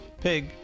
pig